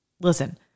Listen